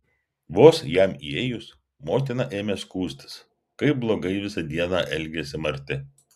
vos jam įėjus motina ėmė skųstis kaip blogai visą dieną elgėsi marti